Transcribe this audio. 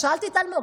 אז שאלתי את אלמוג,